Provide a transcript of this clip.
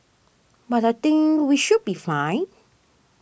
but I think we should be fine